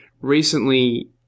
recently